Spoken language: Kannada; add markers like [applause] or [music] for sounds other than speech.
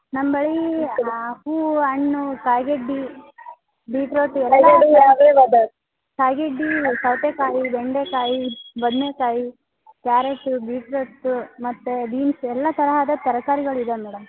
ನಮ್ಮ ಬಳಿ ಹೂವು ಹಣ್ಣು ಕಾಯ್ಗೆಡ್ಡೆ ಬೀಟ್ರೋಟು [unintelligible] ಕಾಯಿ ಗೆಡ್ಡಿ ಸೌತೆಕಾಯಿ ಬೆಂಡೆಕಾಯಿ ಬದನೇಕಾಯಿ ಕ್ಯಾರೆಟು ಬೀಟ್ರೋಟು ಮತ್ತು ಬೀನ್ಸ್ ಎಲ್ಲ ತರಹದ ತರ್ಕಾರಿಗಳಿದಾವೆ ಮೇಡಮ್